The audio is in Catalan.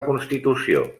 constitució